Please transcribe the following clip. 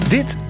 Dit